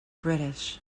british